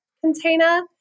container